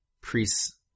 priests